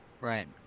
Right